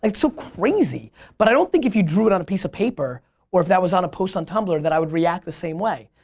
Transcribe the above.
so crazy but i don't think if you drew it on a piece of paper or if that was on a post on tumblr that i would react the same way.